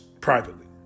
privately